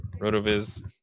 Rotoviz